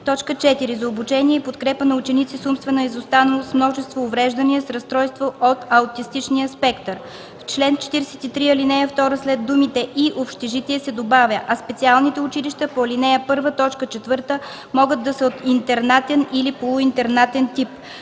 т. 4: „4. за обучение и подкрепа на ученици с умствена изостаналост, с множество увреждания, с разстройства от аутистичния спектър”. В чл. 43, ал. 2 след думите: „и общежитие” се добавя: „, а специалните училища по ал. 1, т. 4 могат да са от интернатен или полуинтернатен тип”.